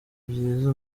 byiza